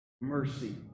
Mercy